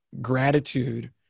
gratitude